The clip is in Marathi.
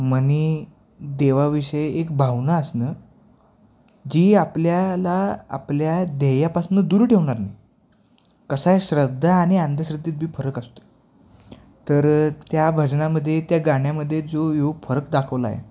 मनी देवाविषयी एक भावना असणं जी आपल्याला आपल्या ध्येयापासून दूर ठेवणार नाही कसं आहे श्रद्धा आणि अंधश्रद्धेत बी फरक असतो तर त्या भजनामध्ये त्या गाण्यामध्ये जो हा फरक दाखवला आहे